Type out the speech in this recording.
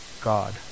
God